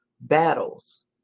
battles